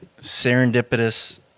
serendipitous